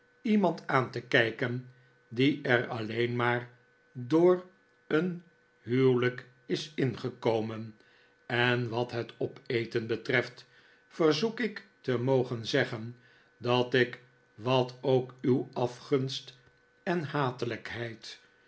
iemand aan te kijken die er alleen maar door een huwelijk is ingekomen en wat het opeten betreft verzoek ik te mogen zeggen dat ik wat ook uw afgunst en